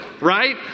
right